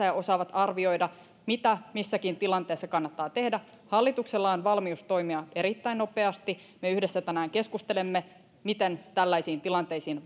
ja osaavat arvioida mitä missäkin tilanteessa kannattaa tehdä hallituksella on valmius toimia erittäin nopeasti me yhdessä tänään keskustelemme miten tällaisiin tilanteisiin